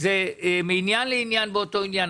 אלא מעניין לעניין באותו עניין.